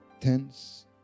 tense